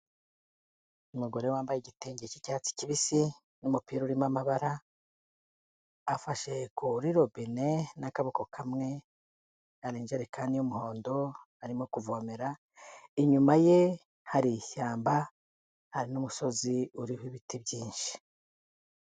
Umugore wambaye igitenge cy'icyatsi kibisi n'umupira urimo amabara, afashe kuri robine n'akaboko kamwe. Hari ijerekani y'umuhondo arimo kuvomera, inyuma ye hari ishyamba. Hari n'umusozi uriho ibiti byinshi.